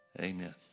Amen